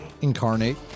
Incarnate